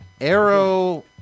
Arrow